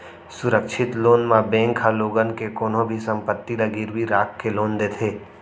सुरक्छित लोन म बेंक ह लोगन के कोनो भी संपत्ति ल गिरवी राख के लोन देथे